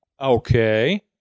Okay